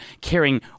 caring